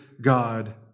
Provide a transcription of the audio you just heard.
God